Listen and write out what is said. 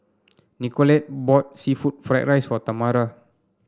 Nicolette bought seafood Fried Rice for Tamara